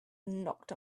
knocked